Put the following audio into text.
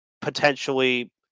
potentially